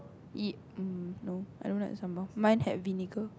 ye~ um no I don't like sambal mine had vinegar